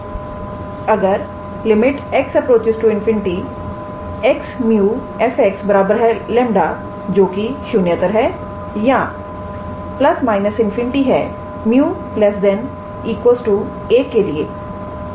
अगर x∞ 𝑥 𝜇𝑓𝑥 𝜆 जोकि शून्येतर है या ±∞ है 𝜇 ≤ 1 के लिए